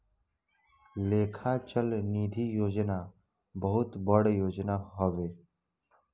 लेखा चल निधी योजना बहुत बड़ योजना हवे